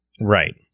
right